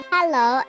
Hello